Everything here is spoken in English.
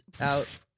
out